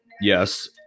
yes